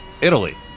Italy